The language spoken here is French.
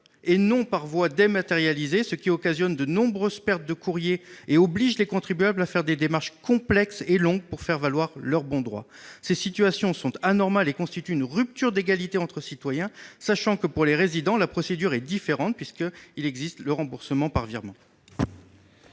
et non par voie dématérialisée, ce qui occasionne de nombreuses pertes de courriers et oblige les contribuables à faire des démarches complexes et longues pour faire valoir leur bon droit. Ces situations sont anormales et constituent une rupture d'égalité entre citoyens : pour les résidents, la procédure est différente, puisque le remboursement par virement